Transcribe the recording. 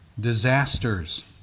disasters